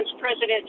President